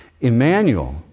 Emmanuel